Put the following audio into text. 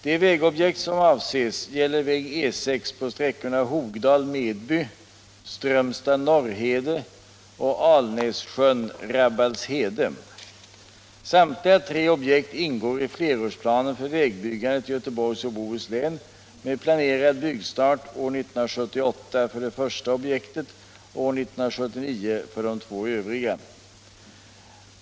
De vägobjekt som avses gäller väg E 6 på sträckorna Hogdal-Medby, Strömstad-Norrhede och Alnässjön-Rabbalshede. Samtliga tre objekt ingår i flerårsplanen för vägbyggandet i Göteborgs och Bohus län med planerad byggstart år 1978 för det första objektet och år 1979 för de två övriga.